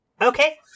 okay